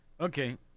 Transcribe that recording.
Okay